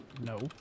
No